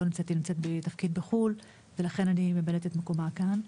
היא לא נמצאת היא נמצאת בתפקיד בחו"ל ולכן אני ממלאת את מקומה כאן.